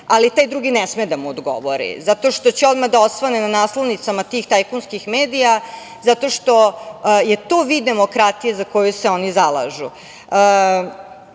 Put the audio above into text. ali taj drugi ne sme da mu odgovori zato što će odmah da osvane na naslovnicama tih tajkunskih medija, zato što je to vid demokratije za koju se oni zalažu. Što